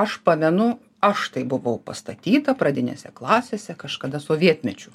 aš pamenu aš taip buvau pastatyta pradinėse klasėse kažkada sovietmečiu